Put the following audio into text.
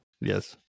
Yes